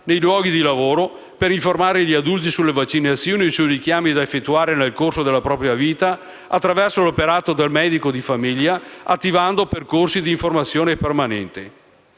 nei luoghi di lavoro, per informare gli adulti sulle vaccinazioni e sui richiami da effettuare nel corso della propria vita, attraverso l'operato del medico di famiglia, attivando percorsi di informazione permanente.